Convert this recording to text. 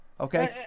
Okay